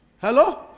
Hello